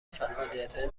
فعالیتهای